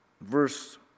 Verse